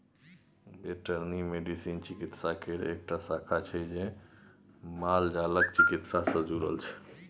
veterinary medicine चिकित्सा केर एकटा शाखा छै जे मालजालक चिकित्सा सँ जुरल छै